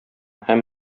һәм